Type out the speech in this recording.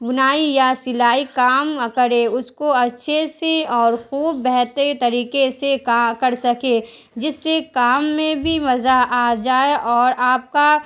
بنائی یا سلائی کام کرے اس کو اچھے سے اور خوب بہتر طریقے سے کا کر سکے جس سے کام میں بھی مزہ آ جائے اور آپ کا